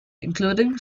including